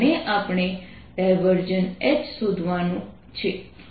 H શોધવાનું છે